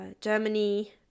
Germany